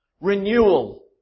Renewal